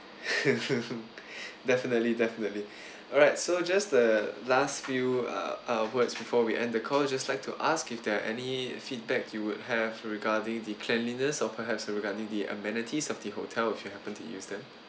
definitely definitely alright so just the last few uh uh words before we end the call I'd just like to ask if there are any feedback you would have regarding the cleanliness or perhaps regarding the amenities of the hotel if you happen to use them